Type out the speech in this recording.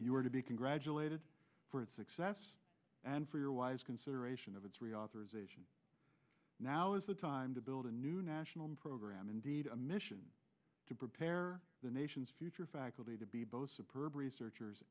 you are to be congratulated for its success and for your wise consideration of its reauthorization now is the time to build a new national program indeed a mission to prepare the nation's future faculty to be both a perp researchers